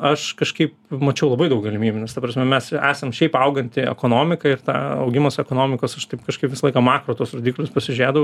aš kažkaip mačiau labai daug galimybių nes ta prasme mes esam šiaip auganti ekonomika ir ta augimas ekonomikos aš taip kažkaip visą laiką makro tuos rodiklius pasižėdavau